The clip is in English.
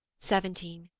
seventeen.